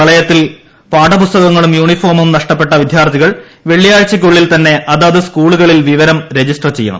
പ്രളയത്തിൽ പാഠപുസ്തകങ്ങളും യൂണിഫോമും നഷ്ട പ്പെട്ട വിദ്യാർത്ഥികൾ വൈള്ളിയാഴ്ചയ്ക്കുള്ളിൽ തന്നെ അതാത് സ്കൂളുകളിൽ വിവരം രജിസ്റ്റർ ചെയ്യണം